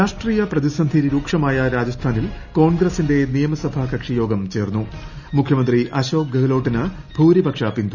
രാഷ്ട്രീയ പ്രതിസന്ധി രൂക്ഷ്മായ രാജസ്ഥാനിൽ കോൺഗ്രസിന്റെ നിയമ്സഭാ കക്ഷി യോഗം ചേർന്നു മുഖ്യമന്ത്രി അശോക് ഗൃഹ്ലോട്ടിന് ഭൂരിപക്ഷ പിന്തുണ